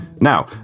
Now